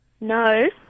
No